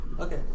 Okay